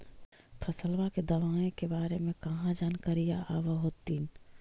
फसलबा के दबायें के बारे मे कहा जानकारीया आब होतीन?